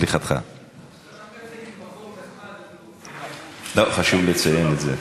חברת הכנסת קארין אלהרר,